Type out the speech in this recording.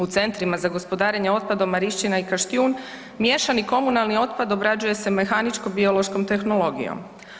U Centrima za gospodarenje otpadom Marišćina i Kaštijun miješani komunalni otpad obrađuje se mehaničko-biološkom tehnologijom.